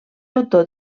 autor